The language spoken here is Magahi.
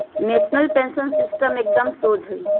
नेशनल पेंशन सिस्टम एकदम शोझ हइ